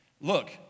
Look